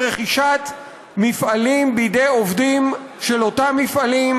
רכישת מפעלים בידי עובדים של אותם מפעלים.